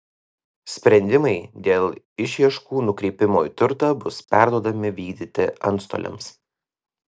sprendimai dėl išieškų nukreipimo į turtą bus perduodami vykdyti antstoliams